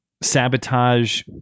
sabotage